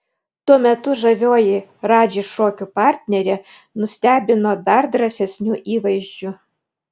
tuo metu žavioji radži šokių partnerė nustebino dar drąsesniu įvaizdžiu